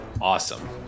Awesome